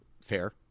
fair